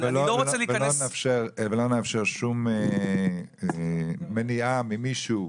אני לא רוצה להיכנס --- לא נאפשר שום מניעה ממישהו,